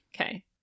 Okay